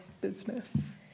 business